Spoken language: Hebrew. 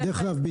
דרך אגב,